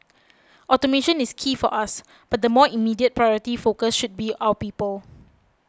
automation is key for us but the more immediate priority focus should be our people